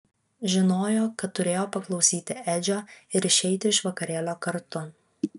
žinojo kad turėjo paklausyti edžio ir išeiti iš vakarėlio kartu